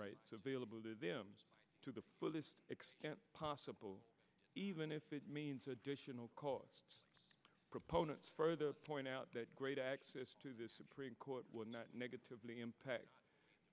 rights of bailable to them to the fullest extent possible even if it means additional cause proponents further point out that great access to the supreme court would not negatively impact